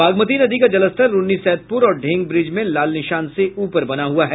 बागमती नदी का जलस्तर रून्नीसैदपुर और ढेंग ब्रिज में लाल निशान से ऊपर बना हुआ है